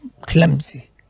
clumsy